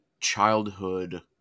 childhood